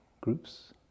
groups